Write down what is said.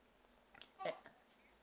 add